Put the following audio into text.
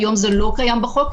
היום זה לא קיים בחוק,